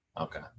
okay